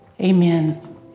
Amen